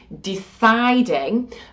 deciding